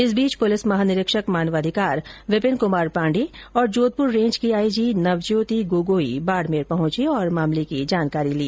इस बीच पुलिस महानिरीक्षक मानवाधिकार विपिन कुमार पाण्डे और जोधपुर रेंज की आइजी नवज्योति गोगोई बाड़मेर पहुंचे और मामले की जानकारी ली